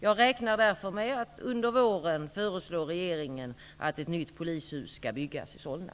Jag räknar därför med att under våren föreslå regeringen att ett nytt polishus skall byggas i Solna.